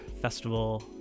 festival